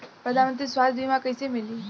प्रधानमंत्री स्वास्थ्य बीमा कइसे मिली?